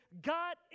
God